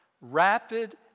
rapid